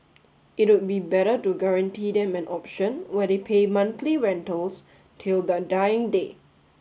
it would be better to guarantee them an option where they pay monthly rentals till their dying day